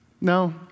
no